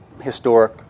historic